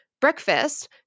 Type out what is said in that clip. breakfast